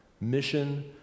Mission